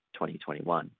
2021